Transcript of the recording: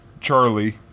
Charlie